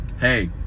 hey